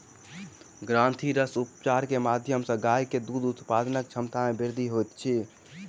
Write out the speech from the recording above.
ग्रंथिरस उपचार के माध्यम सॅ गाय के दूध उत्पादनक क्षमता में वृद्धि होइत अछि